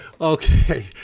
Okay